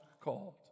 called